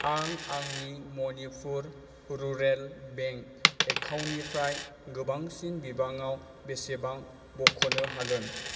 आं आंनि Manipur rural bank एकाउन्टनिफ्राय गोबांसिन बिबाङाव बेसेबां बख'नो हागोन